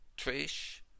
Trish